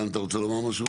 ריאן אתה רוצה לומר משהו?